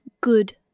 Good